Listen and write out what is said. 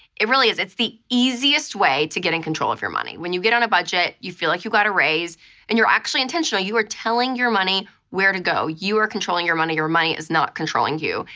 it really is. it's the easiest way to get in control of your money. when you get on a budget, you feel like you got a raise and you're actually intentional. you are telling your money where to go. you are controlling your money. your money is not controlling you.